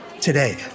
today